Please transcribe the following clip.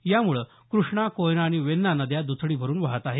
यामुळे कृष्णा कोयना आणि वेन्ना नद्या दुथडी भरून वाहत आहेत